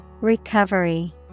Recovery